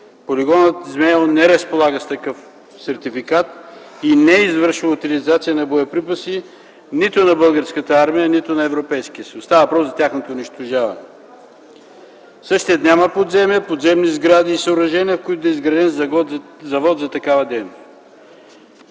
Полигонът в Змейово не разполага с такъв сертификат и не извършва утилизация на боеприпаси нито на Българската армия, нито на Европейския съюз. Става въпрос за тяхното унищожаване. Същият няма подземия, подземни сгради и съоръжения, в които да е изграден завод за такава дейност.